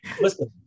Listen